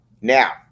now